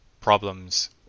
problems